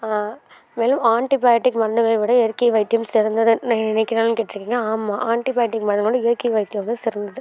மேலும் ஆண்ட்டிபயாட்டிக் மருந்துகளை விட இயற்கை வைத்தியம் சிறந்தது என்று நினைக்கிறீங்களானு கேட்டுருக்கீங்க ஆமாம் ஆண்ட்டிபயாட்டிக் மருந்துகளை விட இயற்கை வைத்தியம் வந்து சிறந்தது